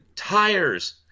Tires